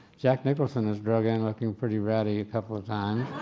jack nicholson was drug in and looking pretty ratty a couple of times.